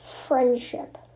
friendship